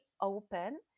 open